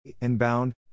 Inbound